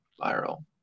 viral